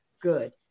good